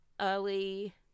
early